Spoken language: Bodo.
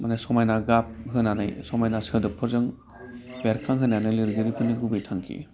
माने समायना गाब होनानै समायना सोदोबफोरजों बेरखां होनायानो लिरगिरिफोरनि गुबै थांखि